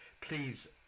please